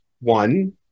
One